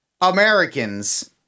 Americans